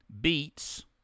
beets